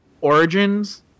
origins